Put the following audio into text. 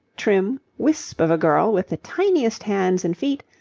trim, wisp of a girl with the tiniest hands and feet,